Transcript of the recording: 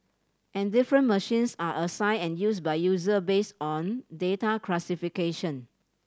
and different machines are assigned and used by users based on data classification